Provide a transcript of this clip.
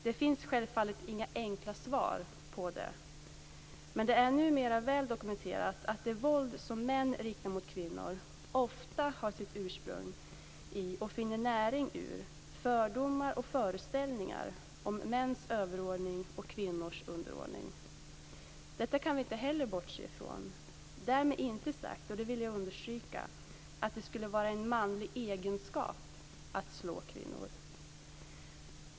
Det finns självfallet inga enkla svar på det. Men det är numera väl dokumenterat att det våld som män riktar mot kvinnor ofta har sitt ursprung i och finner näring ur fördomar och föreställningar om mäns överordning och kvinnors underordning. Detta kan vi inte heller bortse ifrån. Därmed inte sagt, det vill jag understryka, att det skulle vara en manlig egenskap att slå kvinnor.